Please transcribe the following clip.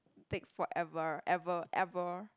take forever ever ever